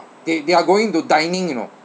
they they are going to dining you know